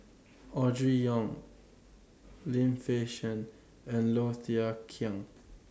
Audrey Yong Lim Fei Shen and Low Thia Khiang